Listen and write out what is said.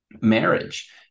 marriage